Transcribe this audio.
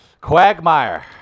Quagmire